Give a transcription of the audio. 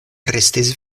restis